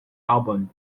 album